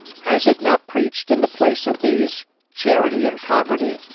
has it not preached in the place of these, charity and poverty,